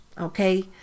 Okay